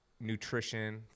nutrition